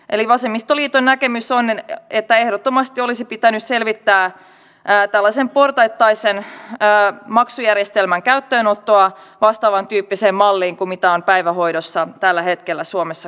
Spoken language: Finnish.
eli vasemmistoliiton näkemys on että ehdottomasti olisi pitänyt selvittää portaittaisen maksujärjestelmän käyttöönottoa vastaavantyyppisellä mallilla kuin mitä on päivähoidossa tällä hetkellä suomessa käytössä